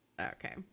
okay